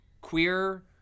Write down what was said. queer